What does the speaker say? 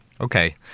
Okay